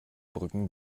brücken